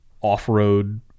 off-road